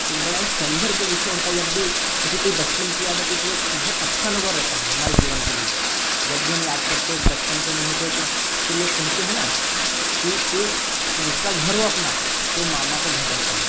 एक बड़ा ही सौन्दर्य का विषय होता है जब भी ऐसी कोई बचपन की याद आती है तो एक बहुत अच्छा अनुभव रहता है हमारे जीवन के लिए जब भी हम याद करते हैं उस बचपन के अनुभव को एक तो तो लोग कहते हैं ना कि कोई दूसरा घर हो अपना तो वो मामा का घर रहता है